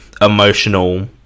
emotional